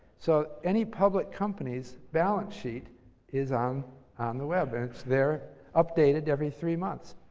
so, any public company's balance sheet is um on the web. and it's there updated every three months.